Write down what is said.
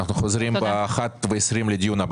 אנחנו חוזרים לדיון הנוסף